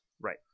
Right